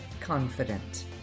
confident